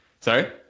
Sorry